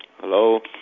Hello